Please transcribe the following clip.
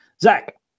Zach